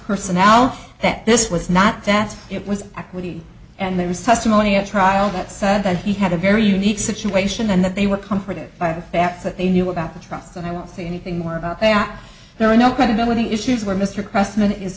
personnel that this was not that it was activity and there was testimony at trial that said that he had a very unique situation and that they were comforted by the fact that they knew about the trust and i won't say anything more about there are no credibility issues where mr cressman is